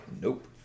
nope